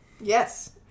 Yes